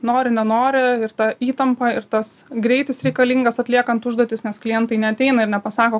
nori nenori ta įtampa ir tas greitis reikalingas atliekant užduotis nes klientai neateina ir nepasako